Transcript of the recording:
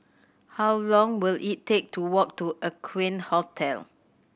how long will it take to walk to Aqueen Hotel